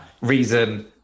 reason